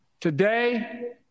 Today